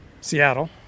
Seattle